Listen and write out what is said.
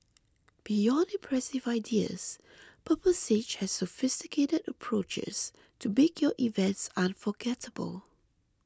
beyond impressive ideas Purple Sage has sophisticated approaches to make your events unforgettable